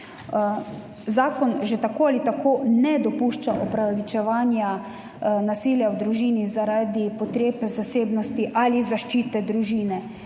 Zakon že tako ali tako ne dopušča opravičevanja nasilja v družini zaradi potreb zasebnosti ali zaščite družine.